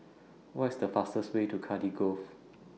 What IS The fastest Way to Cardiff Grove